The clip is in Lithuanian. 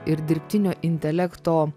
ir dirbtinio intelekto